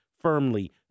firmly